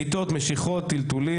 בעיטות, משיכות, טלטולים.